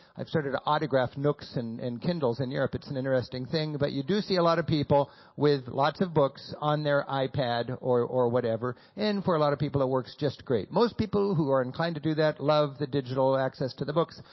i've started to autograph nooks and and kindles in europe, it's an interesting thing. but you do see a lot of people with lots of books on their ipad or or whatever, and for a lot of people that works just great. most people who are inclined to do that love the digital access to the books,